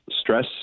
stress